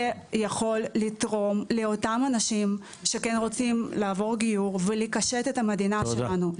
זה יכול לתרום לאותם אנשים שכן רוצים לעבור גיור ולקשט את המדינה שלנו.